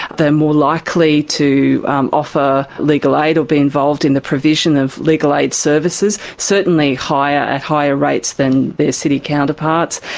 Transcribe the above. they're more likely to offer legal aid or be involved in the provision of legal aid services, certainly at higher rates than their city counterparts,